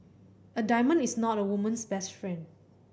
a diamond is not a woman's best friend